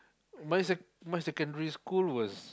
my sec my secondary school was